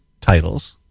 titles